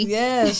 yes